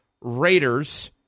Raiders